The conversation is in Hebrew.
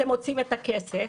אתם מוצאים את הכסף,